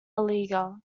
leaguer